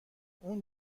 اون